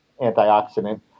antioxidant